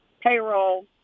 payroll